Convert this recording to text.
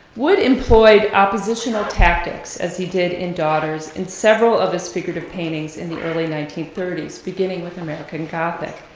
wood employed oppositional tactics as he did in daughters in several of his figurative paintings in the early nineteen thirty s, beginning with american gothic.